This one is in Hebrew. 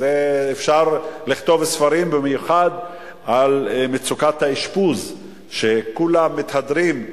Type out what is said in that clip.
אפשר לכתוב ספרים במיוחד על מצוקת האשפוז שכולם מתהדרים,